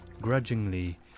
grudgingly